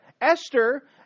Esther